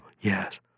Yes